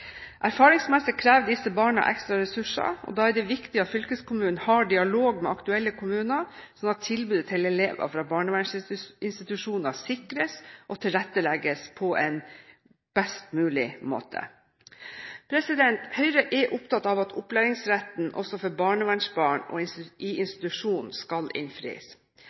Erfaringsmessig krever disse barna ekstra ressurser. Da er det viktig at fylkeskommunene har dialog med aktuelle kommuner, slik at tilbudet til elever fra barnevernsinstitusjoner sikres og tilrettelegges på en best mulig måte. Høyre er opptatt av at opplæringsretten også for barnevernsbarn i institusjon skal